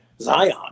Zion